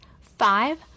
five